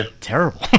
terrible